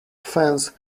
fence